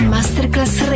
Masterclass